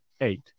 eight